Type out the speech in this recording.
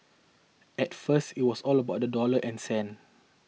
at first it was all about the dollar and cents